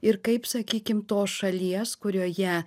ir kaip sakykim tos šalies kurioje